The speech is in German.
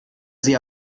sie